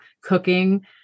cooking